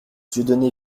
dieudonné